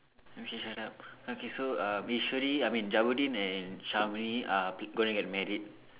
okay shut up okay so uh Eswari I mean Jabudeen and Shamini are going to get married